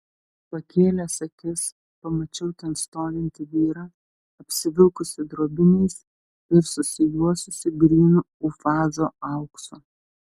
pakėlęs akis pamačiau ten stovintį vyrą apsivilkusį drobiniais ir susijuosusį grynu ufazo auksu